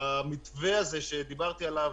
המתווה הזה שדיברתי עליו,